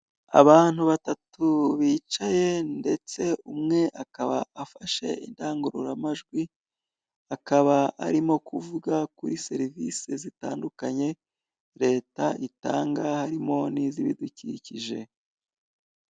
Abantu batatu bicaye ndetse umwe akaba afashe indangururamajwi, akaba arimo kuvuga kuri serivisi zitandukanye Leta itanga, harimo n'iz'ibidukikije.